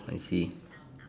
I see